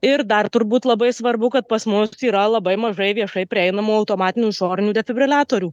ir dar turbūt labai svarbu kad pas mus yra labai mažai viešai prieinamų automatinių išorinių defibriliatorių